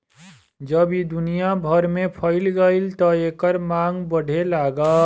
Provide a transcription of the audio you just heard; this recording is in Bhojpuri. जब ई दुनिया भर में फइल गईल त एकर मांग बढ़े लागल